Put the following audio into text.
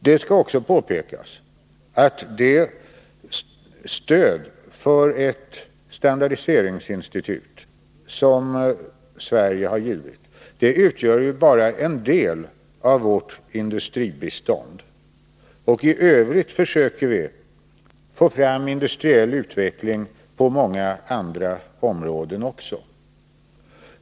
Det skall också påpekas att det stöd för ett standardiseringsinstitut som Sverige har givit utgör bara en del av vårt industribistånd. I övrigt försöker vi få fram industriell utveckling på många andra områden också.